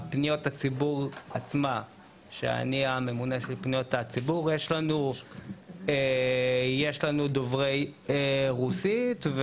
בפניות הציבור עצמן כן יש לנו דוברי רוסית,